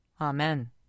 Amen